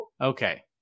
Okay